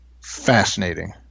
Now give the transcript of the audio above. Fascinating